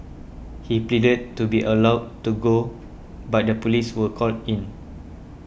he pleaded to be allowed to go but the police were called in